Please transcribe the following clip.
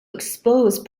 expose